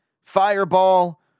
fireball